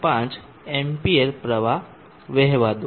5 amps પ્રવાહ વહેવા દો